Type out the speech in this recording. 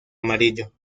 amarillo